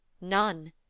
None